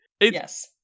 Yes